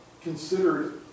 considered